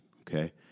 okay